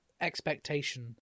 expectation